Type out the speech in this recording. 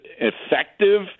effective